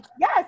Yes